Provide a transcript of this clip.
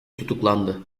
tutuklandı